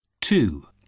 Two